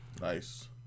Nice